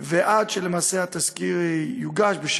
עד שהתזכיר יוגש למעשה,